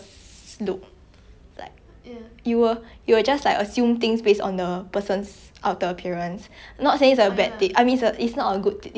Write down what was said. not saying it's a bad thing I mean it's not a good thing but it's like subconscious [one] you know we should go beyond judging a person based on their